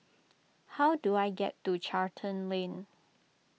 how do I get to Charlton Lane